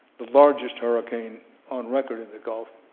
the largest hurricane on record in the gulf,